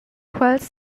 quels